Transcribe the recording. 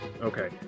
Okay